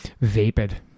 vapid